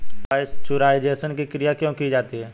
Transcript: Pasteurisation की क्रिया क्यों की जाती है?